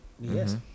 Yes